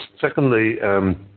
Secondly